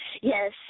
Yes